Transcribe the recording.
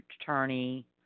attorney